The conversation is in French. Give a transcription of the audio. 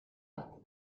ans